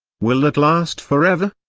will that last forever?